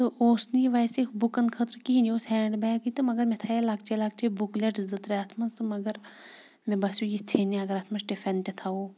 تہٕ اوس نہٕ یہِ ویسے بُکَن خٲطرٕ کِہیٖنۍ یہِ اوس ہٮ۪نٛڈ بیگٕے تہٕ مگر مےٚ تھَیے لۄکچے لۄکچے بُکلٮ۪ٹ زٕ ترٛےٚ اَتھ منٛز تہٕ مگر مےٚ باسیو یہِ ژھیٚنہِ اگر اَتھ منٛز ٹِفٮ۪ن تہِ تھاوَو